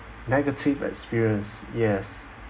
negative experience yes